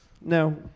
No